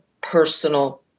personal